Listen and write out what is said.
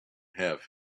have